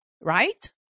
right